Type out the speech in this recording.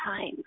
time